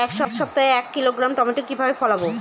এক সপ্তাহে এক কিলোগ্রাম টমেটো কিভাবে ফলাবো?